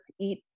eat